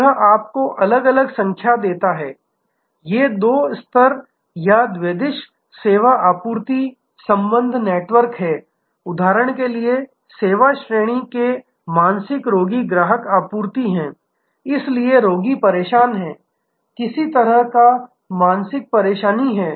यह आपको अलग अलग संख्या देता है ये दो स्तर या द्विदिश सेवा आपूर्ति संबंध नेटवर्क हैं उदाहरण के लिए सेवा श्रेणी के मानसिक रोगी ग्राहक आपूर्ति हैं इसलिए रोगी परेशान है किसी तरह का मानसिक परेशानी है